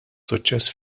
suċċess